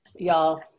Y'all